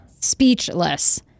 Speechless